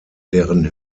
deren